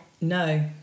No